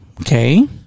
Okay